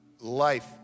life